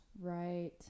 Right